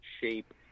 shape